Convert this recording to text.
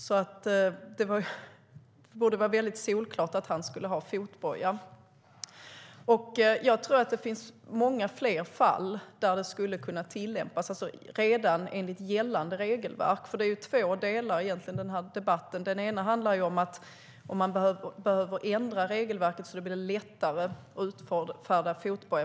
Det borde alltså vara solklart att han ska ha fotboja. Jag tror att det finns många fler fall där det skulle kunna tillämpas, redan enligt gällande regelverk. Den här debatten handlar ju egentligen om två delar. Det handlar om att man behöver ändra regelverket så att det blir lättare att utfärda straffet fotboja.